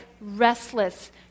restless